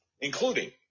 including